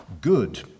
good